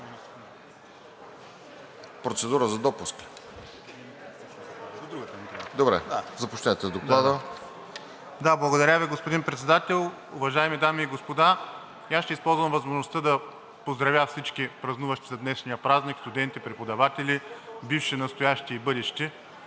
процедура за допуск